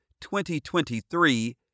2023